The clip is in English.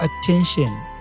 attention